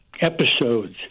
episodes